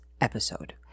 episode